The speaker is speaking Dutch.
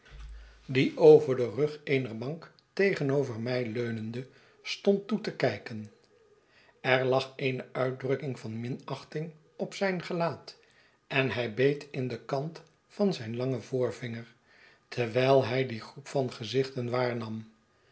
die over den rug eener bank tegenover mij leunende stond toe te kijken er lag eene uitdrukking van minachting op zijn gelaat en hij beet m den kant van zijn iangen voorvinger terwijl hij die groep van ge'ziciiten waarnam